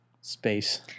space